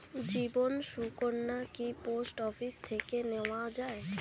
জীবন সুকন্যা কি post office থেকে নেওয়া যায়?